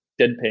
Deadpan